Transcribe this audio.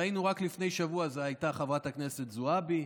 ראינו, רק לפני שבוע זו הייתה חברת הכנסת זועבי.